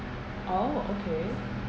oh okay